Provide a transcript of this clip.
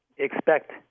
expect